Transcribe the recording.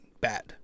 bad